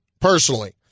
personally